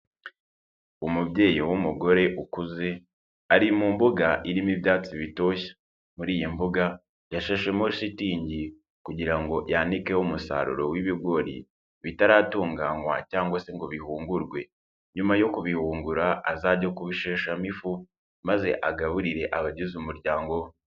Umubyeyi w'umugore ukuze ari mu mbuga irimo ibyatsi bitoshye, muri iyi mbuga yashashemo shitingi kugira ngo yanikeho umusaruro w'ibigori bitaratunganywa cyangwa se ngo bihungurwe, nyuma yo kubihungura azajye kubisheshamo ifu maze agaburire abagize umuryango we.